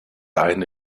eine